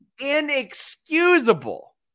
inexcusable